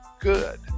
good